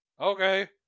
okay